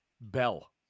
bell